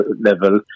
level